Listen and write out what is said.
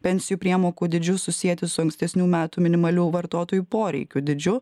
pensijų priemokų dydžius susieti su ankstesnių metų minimalių vartotojų poreikių dydžiu